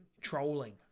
trolling